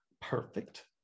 perfect